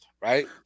Right